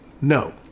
No